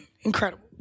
Incredible